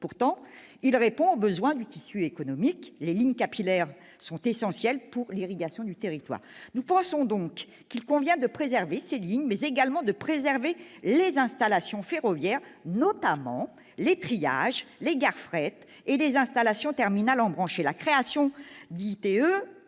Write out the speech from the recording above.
pourtant aux besoins du tissu économique. Les lignes capillaires sont essentielles pour l'irrigation du territoire. Nous pensons donc qu'il convient de préserver non seulement ces lignes, mais également les installations ferroviaires, notamment les triages, les gares de fret et les installations terminales embranchées,